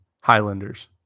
highlanders